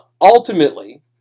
ultimately